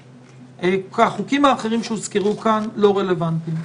החוקים האחרים שהוזכרו כאן לא רלוונטיים.